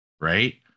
right